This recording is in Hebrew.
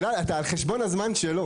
גלעד, אתה על חשבון הזמן שלו.